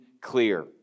clear